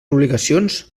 obligacions